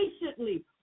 patiently